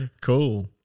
Cool